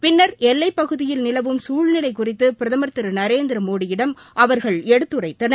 பின்னர் எல்லைப் பகுதியில் நிலவும் சூழ்நிலை குறித்து பிரதமர் திரு நரேந்திர மோடியிடம் அவர்கள் எடுத்துரைத்தனர்